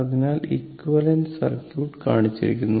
അതിനാൽ equivalent circuit കാണിച്ചിരിക്കുന്നു